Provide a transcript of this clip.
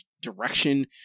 direction